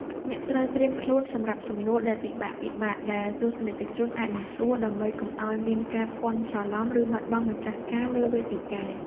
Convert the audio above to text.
អ្នកត្រូវត្រៀមខ្លួនសម្រាប់សំណួរដែលពិបាកៗ ដែលទស្សនិកជនអាចនឹងសួរ ដើម្បីកុំឱ្យមានការភាន់ច្រឡំ ឬបាត់បង់ម្ចាស់ការលើវេទិកា។